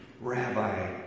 Rabbi